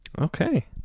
Okay